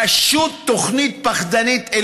פשוט תוכנית פחדנית.